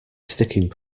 sticking